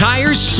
Tires